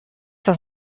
das